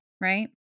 right